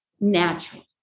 natural